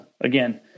again